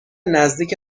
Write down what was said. نزدیک